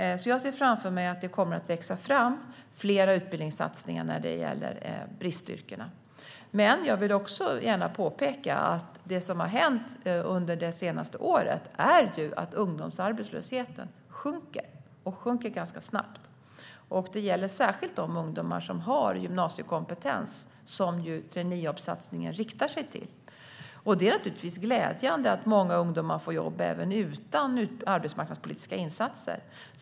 Jag ser framför mig att det kommer att växa fram flera utbildningssatsningar när det gäller bristyrkena. Jag vill gärna påpeka att det som har hänt under det senaste året är att ungdomsarbetslösheten sjunker snabbt. Det gäller särskilt de ungdomar som har gymnasiekompetens, som traineejobbsatsningen riktar sig till. Det är naturligtvis glädjande att många ungdomar får jobb även utan arbetsmarknadspolitiska insatser.